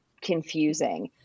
confusing